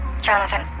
Jonathan